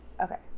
Okay